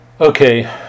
Okay